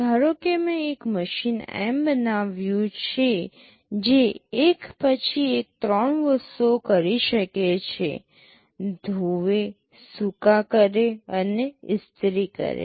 ધારો કે મેં એક મશીન M બનાવ્યું છે જે એક પછી એક ત્રણ વસ્તુઓ કરી શકે છે ધોવે સૂકા કરે અને ઇસ્ત્રી કરે